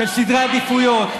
של סדרי עדיפויות.